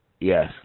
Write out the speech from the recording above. Yes